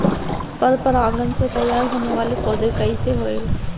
पर परागण से तेयार होने वले पौधे कइसे होएल?